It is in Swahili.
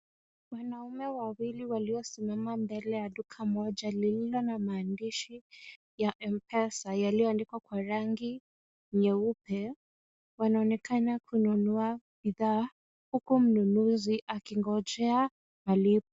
Wanaume wawili waliosimama mbele ya duka moja lililo na maandishi ya M-Pesa yaliyoandikwa wa rangi nyeupe. Wanaonekana kununua bidhaa huku mnunuzi akingojea malipo.